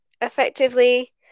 effectively